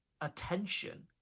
attention